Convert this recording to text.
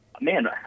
Man